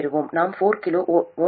நாம் 4 kΩi1 12 V ஐப் பெறுவோம்